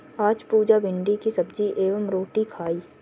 आज पुजा भिंडी की सब्जी एवं रोटी खाई